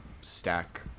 stack